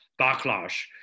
backlash